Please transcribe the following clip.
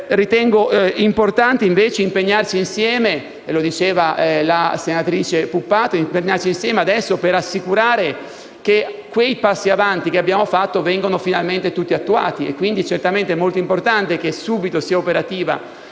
Ritengo importante invece impegnarsi insieme - lo diceva la senatrice Puppato - per assicurare che i passi in avanti compiuti vengano finalmente tutti attuati; quindi, è certamente molto importante che sia subito operativo